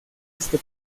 este